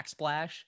backsplash